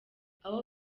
abo